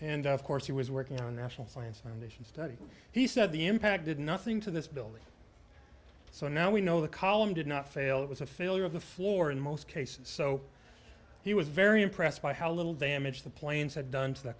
and of course he was working on national science foundation study he said the impact did nothing to this building so now we know the column did not fail it was a failure of the floor in most cases so he was very impressed by how little damage the planes had done to the